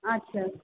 আচ্ছা